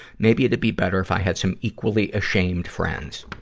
maybe it's be better if i had some equally ashamed friends.